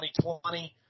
2020